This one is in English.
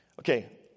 Okay